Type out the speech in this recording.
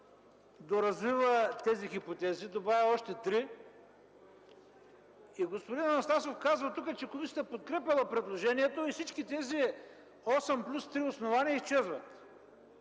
доразвива тези хипотези и добавя още три. Господин Анастасов казва тук, че комисията подкрепяла предложението и всички тези осем плюс три основания изчезват.